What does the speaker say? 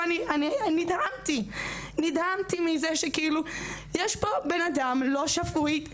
נדהמתי מזה שיש פה בן אדם לא שפוי,